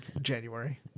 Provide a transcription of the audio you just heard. January